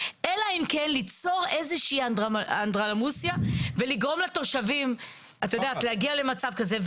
אלא אם כן ליצור איזו שהיא אנדרלמוסיה ולגרום לתושבים להגיע למצב כזה,